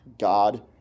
God